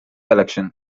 election